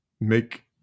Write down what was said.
make